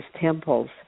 temples